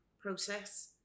process